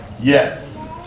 Yes